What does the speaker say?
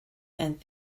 and